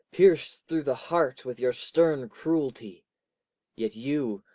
pierc'd through the heart with your stern cruelty yet you,